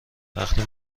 وقتی